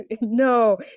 no